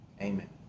amen